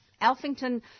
Alfington